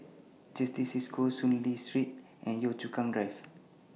Certis CISCO Soon Lee Street and Yio Chu Kang Drive